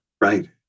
Right